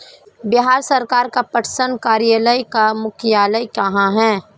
बिहार सरकार का पटसन कार्यालय का मुख्यालय कहाँ है?